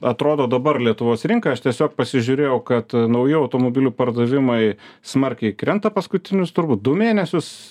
atrodo dabar lietuvos rinka aš tiesiog pasižiūrėjau kad naujų automobilių pardavimai smarkiai krenta paskutinius turbūt du mėnesius